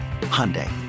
Hyundai